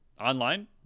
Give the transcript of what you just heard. online